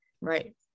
Right